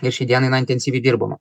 ir šiai dienai na intensyviai dirbama